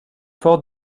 fort